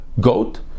goat